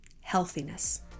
healthiness